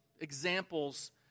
examples